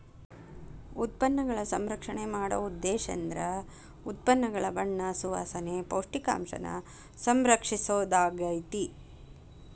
ಉತ್ಪನ್ನಗಳ ಸಂಸ್ಕರಣೆ ಮಾಡೊ ಉದ್ದೇಶೇಂದ್ರ ಉತ್ಪನ್ನಗಳ ಬಣ್ಣ ಸುವಾಸನೆ, ಪೌಷ್ಟಿಕಾಂಶನ ಸಂರಕ್ಷಿಸೊದಾಗ್ಯಾತಿ